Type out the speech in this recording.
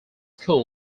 school